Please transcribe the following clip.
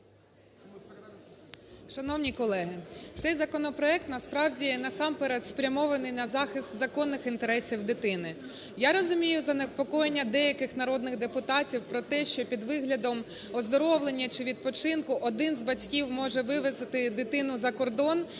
Шановні колеги, цей законопроект насправді насамперед спрямований на захист законних інтересів дитини. Я розумію занепокоєння деяких народних депутатів про те, що під виглядом оздоровлення чи відпочинку один з батьків може вивезти дитину за кордон